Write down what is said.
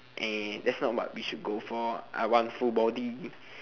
eh that's not what we should go for I want full body